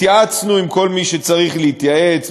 התייעצנו עם כל מי שצריך להתייעץ,